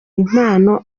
impano